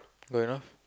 good enough